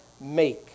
make